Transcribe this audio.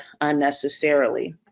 unnecessarily